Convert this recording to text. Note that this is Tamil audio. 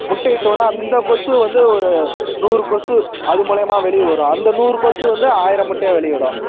முட்டையிட்டவொன்னே அந்த கொசு வந்து ஒரு நூறு கொசு அது மூலிமா வெளியே வரும் அந்த நூறு கொசு வந்து ஆயிரம் முட்டையை வெளியிடும்